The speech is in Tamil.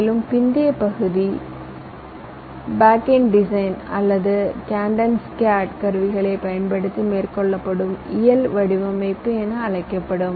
மேலும் பிந்தைய பகுதி பேகெண்ட் டிசைன் அல்லது கேடென்ஸ் கேட் கருவிகளைப் பயன்படுத்தி மேற்கொள்ளப்படும் இயல் வடிவமைப்பு என அழைக்கப்படும்